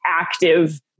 active